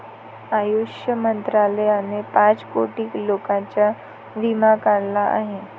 आयुष मंत्रालयाने पाच कोटी लोकांचा विमा काढला आहे